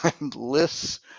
lists